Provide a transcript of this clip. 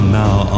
now